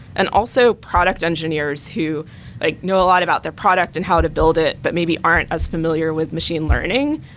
and also, product engineers who ah know a lot about their product and how to build it but maybe aren't as familiar with machine learning.